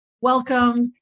Welcome